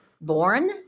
born